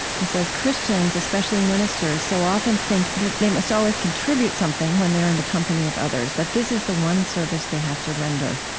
he says, christians, especially ministers, so often think they must always contribute something when they're in the company of others, that this is the one service they have to render.